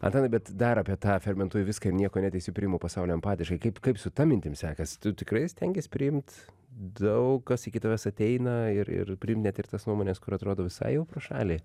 antanai bet dar apie tą fermentuoju viską ir nieko neteisiu priimu pasaulį empatiškai kaip kaip su ta mintim sekasi tu tikrai stengies priimt daug kas iki tavęs ateina ir ir priimt net ir tas nuomones kur atrodo visai jau pro šalį